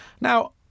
Now